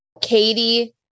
Katie